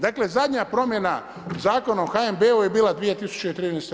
Dakle, zadnja promjena Zakona o HNB-u je bila 2013.